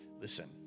listen